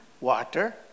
water